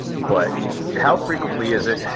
but how frequently is it,